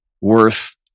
worth